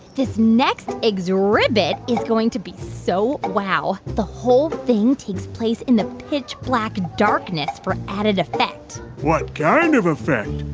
this next ex-ribbit is going to be so wow. the whole thing takes place in the pitch-black darkness for added effect what kind of effect?